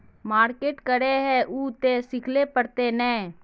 Market करे है उ ते सिखले पड़ते नय?